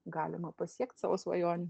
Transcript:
galima pasiekt savo svajonę